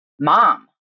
mom